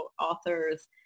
authors